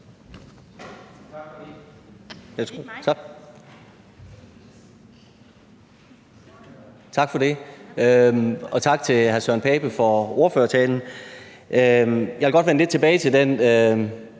Tak for det, og tak til hr. Søren Pape Poulsen for ordførertalen. Jeg vil godt vende lidt tilbage til den